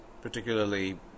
particularly